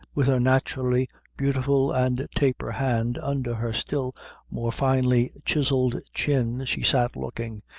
with her naturally beautiful and taper hand under her still more finely chiseled chin, she sat looking,